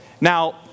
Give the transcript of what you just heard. Now